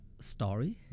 story